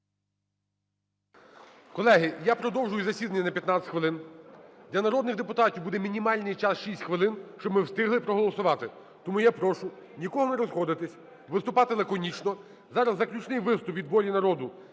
Колеги, я продовжую засідання на 15 хвилин. Для народних депутатів буде мінімальний час 6 хвилин, щоб ми встигли проголосувати. Тому я прошу нікого не розходитись, витупати лаконічно. Зараз заключний виступ - від "Волі народу"